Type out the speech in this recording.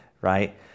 right